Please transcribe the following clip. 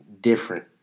different